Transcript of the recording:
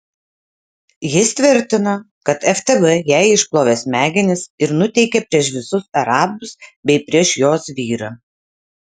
jis tvirtino kad ftb jai išplovė smegenis ir nuteikė prieš visus arabus bei prieš jos vyrą